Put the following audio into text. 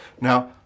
Now